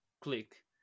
click